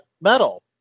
Metal